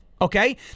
Okay